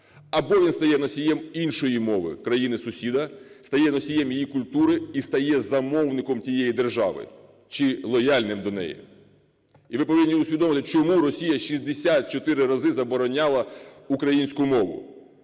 Або він стає носієм іншої мови країни-сусіда, стає носієм її культури і стає замовником тієї держави чи лояльним до неї. І ви повинні усвідомити, чому Росія 64 рази забороняла українську мову.